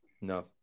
No